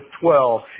twelve